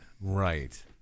Right